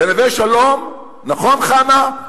בנווה-שלום, נכון, חנא?